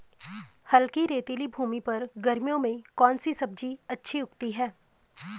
हल्की रेतीली भूमि पर गर्मियों में कौन सी सब्जी अच्छी उगती है?